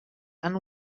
han